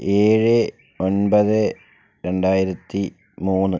ഏഴ് ഒൻപത് രണ്ടായിരത്തി മൂന്ന്